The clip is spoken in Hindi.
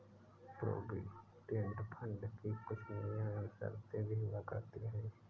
प्रोविडेंट फंड की कुछ नियम एवं शर्तें भी हुआ करती हैं